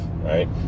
Right